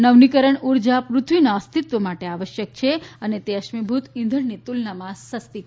નવીનીકરણ ઉર્જા પૃથ્વીના અસ્તિત્વ માટે આવશ્યક છે અને તે અશ્મિભૂત ઇંધણની તુલનામાં સસ્તી પણ છે